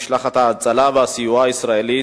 משלחת ההצלה והסיוע הישראלית,